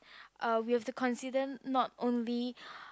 uh we have to consider not only